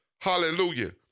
Hallelujah